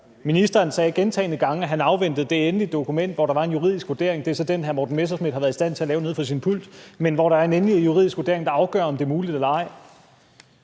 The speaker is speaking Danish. Ministeren sagde gentagne gange, at han afventer det endelige dokument, hvor der er en juridisk vurdering – det er så den, hr. Morten Messerschmidt har været i stand til at lave nede fra sin pult – der afgør, om det er muligt eller ej.